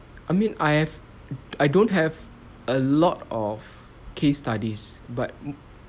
I mean I have I don't have a lot of case studies but